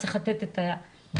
צריך לתת את הדעת.